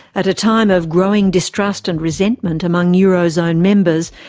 at a time of growing distrust and resentment among euro zone members,